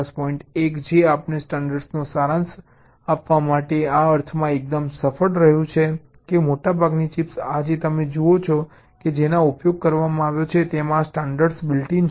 1 કે જે આપણે સ્ટાન્ડર્ડનો સારાંશ આપવા માટે આ અર્થમાં એકદમ સફળ રહ્યું છે કે મોટાભાગની ચિપ્સ આજે તમે જુઓ છો કે જેનો ઉપયોગ કરવામાં આવ્યો છે તેમાં આ સ્ટાન્ડર્ડ બિલ્ટ ઇન છે